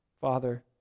Father